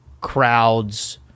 crowds